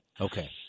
Okay